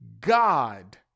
God